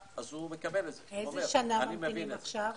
איזו שנה ממתינים עכשיו?